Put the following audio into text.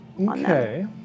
Okay